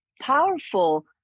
powerful